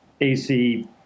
AC